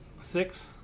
Six